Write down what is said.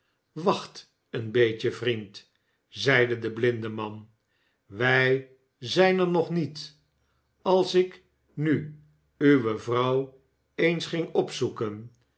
wacht een beetje vriend zeide de blinde man wij zijn er nog niet als ik nu uwe vrouw eens gmg opzoeken